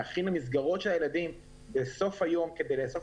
מאחרים למסגרות של הילדים בסוף היום כדי לאסוף